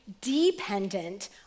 dependent